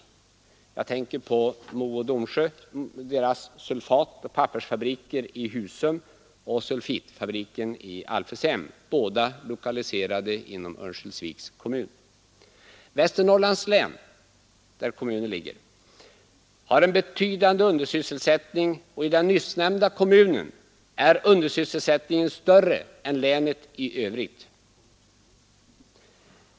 Jag tänker på Mo och Domsjös sulfatoch pappersfabrik i Husum och sulfitfabriken i Alfredshem, båda lokaliserade inom Örnsköldsviks kommun. Västernorr lands län har en betydande undersysselsättning, och i den nyssnämnda kommunen är undersysselsättningen större än i länet i övrigt.